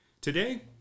Today